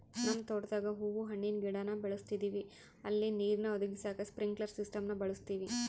ನಮ್ ತೋಟುದಾಗ ಹೂವು ಹಣ್ಣಿನ್ ಗಿಡಾನ ಬೆಳುಸ್ತದಿವಿ ಅಲ್ಲಿ ನೀರ್ನ ಒದಗಿಸಾಕ ಸ್ಪ್ರಿನ್ಕ್ಲೆರ್ ಸಿಸ್ಟಮ್ನ ಬಳುಸ್ತೀವಿ